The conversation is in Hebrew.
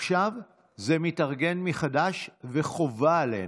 עכשיו זה מתארגן מחדש, וחובה עלינו,